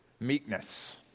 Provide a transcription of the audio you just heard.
meekness